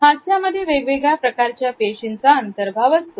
हास्यामध्ये वेगवेगळ्या प्रकारच्या पेशींचा अंतर्भाव असतो